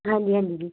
ਹਾਂਜੀ ਹਾਂਜੀ ਜੀ